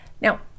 Now